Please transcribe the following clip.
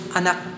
anak